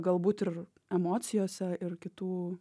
galbūt ir emocijose ir kitų